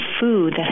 food